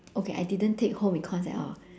okay I didn't take home econs at all